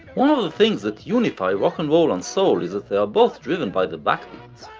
one of of the things that unify rock'n'roll and soul is that they are both driven by the backbeat,